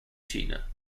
china